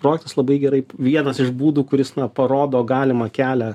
projektas labai gerai vienas iš būdų kuris na parodo galimą kelią